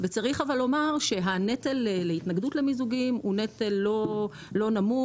וצריך לומר שהנטל להתנגדות למיזוגים הוא נטל לא נמוך,